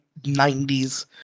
90s